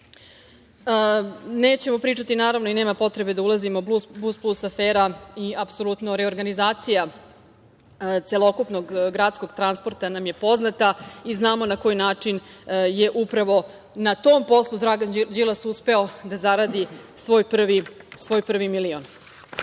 Đilasa. Nećemo pričati naravno i nema potrebe da ulazimo u Bus-plus afere i apsolutno reorganizaciju celokupnog gradskog transporta, poznata nam je i znamo na koji način je upravo na tom poslu Dragan Đilas uspeo da zaradi svoj prvi milion. Postoji